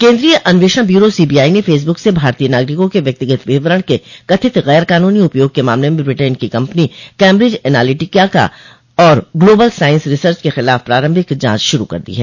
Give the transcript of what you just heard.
केन्द्रीय अन्वेषण bureau CBI ने फेसबुक से भारतीय नागरिकों के व्यक्तिगत विवरण के कथित गैर कानूनी उपयोग के मामले में ब्रिटेन की कंपनी कैम्ब्रिज ऐनालिटिका और ग्लोबल साइंस रिसर्च के खिलाफ प्रारंभिक जांच आरंभ कर दी है